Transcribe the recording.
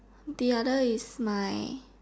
the other is my